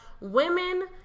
women